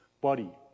body